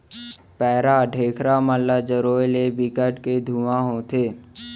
पैरा, ढेखरा मन ल जरोए ले बिकट के धुंआ होथे